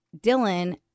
Dylan